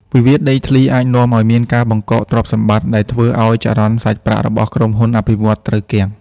វិវាទដីធ្លីអាចនាំឱ្យមានការបង្កកទ្រព្យសម្បត្តិ ដែលធ្វើឱ្យចរន្តសាច់ប្រាក់របស់ក្រុមហ៊ុនអភិវឌ្ឍន៍ត្រូវគាំង។